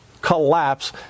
collapse